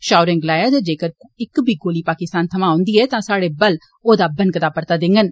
शाह होरें गलाया जेक्कर इक बी गोली पाकिस्तान थमां औंदी ऐ तां स्हाड़े बल ओह्दा बनकदा परता देंडन